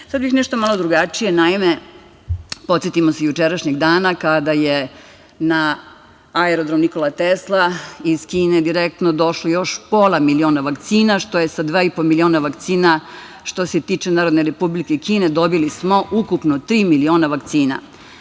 bih nešto malo drugačije, naime podsetimo se jučerašnjeg dana, kada je na aerodrom „Nikola Tesla“ iz Kine direktno došlo još pola miliona vakcina, što je sa dva i po miliona vakcina, što se tiče Narodne Republike Kine, dobili smo ukupno tri miliona